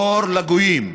אור לגויים.